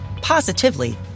positively